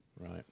Right